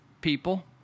people